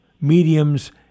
mediums